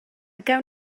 gawn